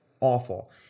awful